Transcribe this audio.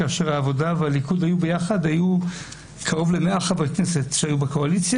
כאשר העבודה והליכוד היו ביחד קרוב ל-100 חברי כנסת בקואליציה.